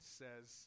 says